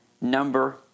number